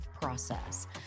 process